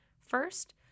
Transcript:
First